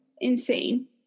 Insane